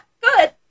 good